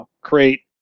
create